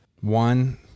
one